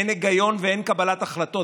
אין היגיון ואין קבלת החלטות,